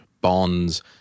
bonds